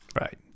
right